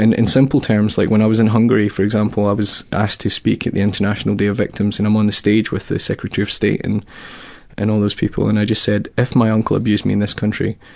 and in simple terms, like when i was in hungary for example, i was asked to speak at the international day of victims, and i'm on the stage with the secretary of state, and and all those people, and i said if my uncle had abused me in this country,